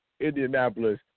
Indianapolis